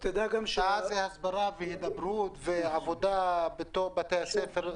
הסברה והידברות ועבודה בתוך בתי הספר.